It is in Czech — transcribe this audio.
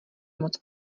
moc